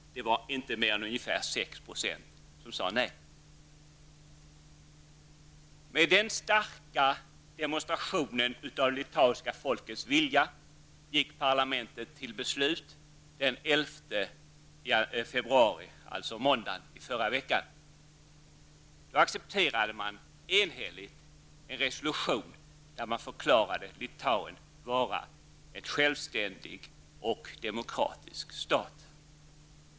Och det var inte mer än Med denna starka demonstration av det litauiska folkets vilja gick parlamentet till beslut 11 februari, alltså måndagen förra veckan. Då accepterade man enhälligt en resolution där man förklarade att Litauen är en självständig och demokratisk stat.